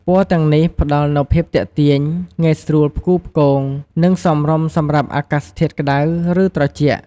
ពណ៌ទាំងនេះផ្ដល់នូវភាពទាក់ទាញ ងាយស្រួលផ្គូផ្គង និងសមរម្យសម្រាប់អាកាសធាតុក្ដៅ ឬត្រជាក់។